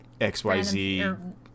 XYZ